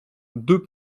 deux